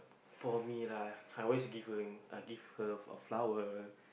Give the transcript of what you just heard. for me lah I always give her uh give her a flower